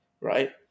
right